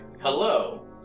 hello